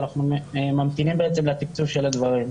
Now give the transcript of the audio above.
ואנחנו ממתינים בעצם לתקצוב של הדברים.